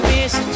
Miss